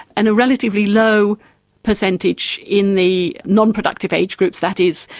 and a relatively low percentage in the non-productive age groups, that is,